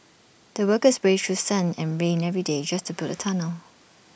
the workers braved through sun and rain every day just to build the tunnel